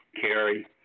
carry